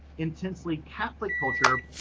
intensely catholic culture,